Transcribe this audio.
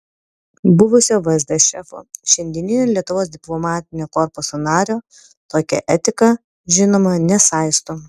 buvusio vsd šefo šiandieninio lietuvos diplomatinio korpuso nario tokia etika žinoma nesaisto